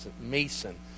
mason